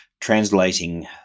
translating